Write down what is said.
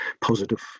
positive